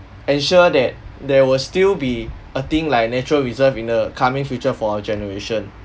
ensure that there will still be a thing like natural reserve in the coming future for our generation